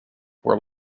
were